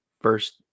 first